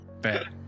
Bad